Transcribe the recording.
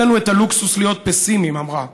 אין לנו את הלוקסוס להיות פסימיים, אמרה,